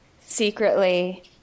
secretly